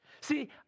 See